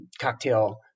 cocktail